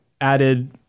added